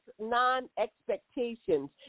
non-expectations